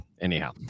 anyhow